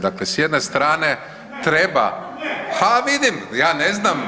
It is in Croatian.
Dakle, s jedne strane treba, a vidim, ja ne znam.